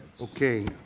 Okay